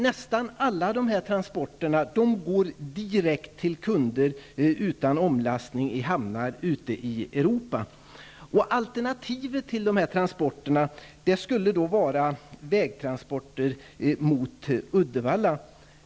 Nästan alla dessa transporter går direkt till kunder, utan omlastning i hamnar ute i Europa. Alternativet till dessa transporter skulle vara vägtransporter mot Uddevalla.